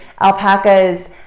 alpaca's